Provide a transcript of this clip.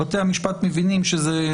בתי המשפט מבינים שזה